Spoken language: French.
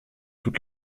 toute